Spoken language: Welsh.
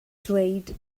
dweud